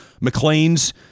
McLean's